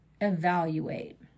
evaluate